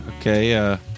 okay